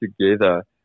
together